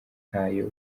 ntayo